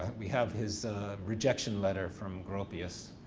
we have his rejection letter from gropius.